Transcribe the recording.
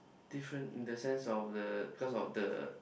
different in the sense of the cause of the